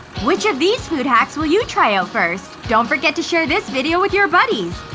which of these food hacks will you try out first? don't forget to share this video with your buddies!